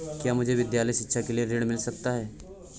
क्या मुझे विद्यालय शिक्षा के लिए ऋण मिल सकता है?